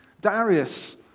Darius